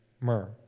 Myrrh